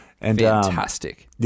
Fantastic